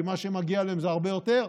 כי מה שמגיע להם זה הרבה יותר,